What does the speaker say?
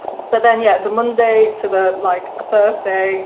but then yeah the monday to the like thursday,